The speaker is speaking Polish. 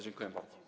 Dziękuję bardzo.